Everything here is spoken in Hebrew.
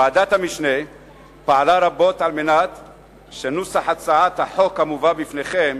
ועדת המשנה פעלה רבות כדי שנוסח הצעת החוק המובא בפניכם